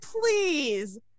please